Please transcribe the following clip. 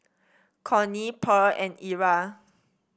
Connie Pearl and Era